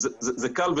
זה לא קל,